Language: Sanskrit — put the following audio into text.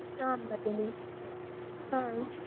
आम् भगिनि आम्